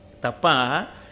Tapa